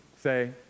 say